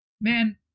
man